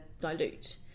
dilute